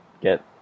get